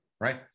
right